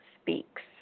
Speaks